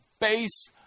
base